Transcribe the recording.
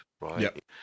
right